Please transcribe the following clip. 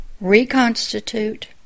reconstitute